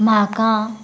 म्हाका